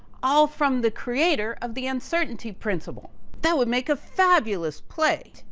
all from the creator of the uncertainty principle that would make a fabulous play.